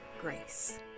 grace